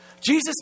Jesus